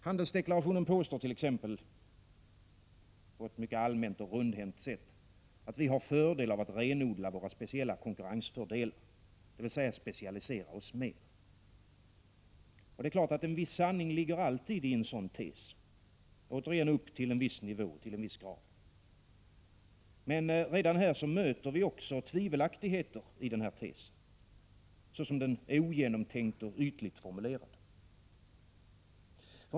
Handelsdeklarationen påstår t.ex., på ett mycket allmänt och rundhänt sätt, att vi har fördel av att renodla våra speciella konkurrensfördelar, dvs. specialisera oss mer. Det är klart att en viss sanning alltid ligger i en sådan tes - återigen upp till en viss nivå, till en viss grad. Men redan här möter vi också tvivelaktigheter i denna tes. Den är ogenomtänkt och ytligt formulerad.